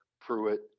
Pruitt